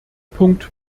punkt